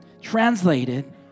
translated